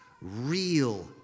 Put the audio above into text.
real